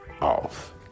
off